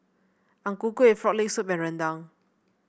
Ang Ku Kueh Frog Leg Soup rendang